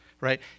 right